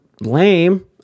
Lame